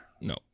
No